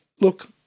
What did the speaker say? look